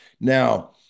now